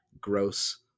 gross